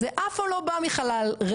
זה אף פעם לא בא מחלל ריק,